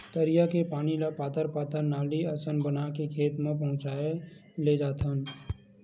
तरिया के पानी ल पातर पातर नाली असन बना के खेत म पहुचाए लेजाथन